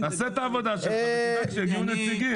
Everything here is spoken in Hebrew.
זה --- תעשה את העבודה שלך ותדאג שיהיו נציגים.